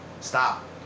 stop